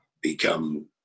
become